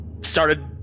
started